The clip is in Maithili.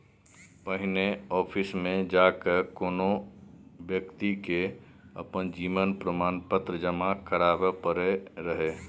पहिने आफिसमे जा कए कोनो बेकती के अपन जीवन प्रमाण पत्र जमा कराबै परै रहय